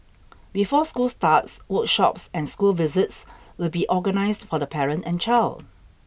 before school starts workshops and school visits will be organised for the parent and child